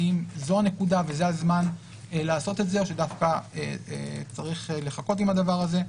האם זו הנקודה וזה הזמן לעשות את זה או שדווקא צריך לחכות עם הדבר הזה?